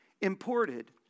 imported